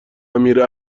امیر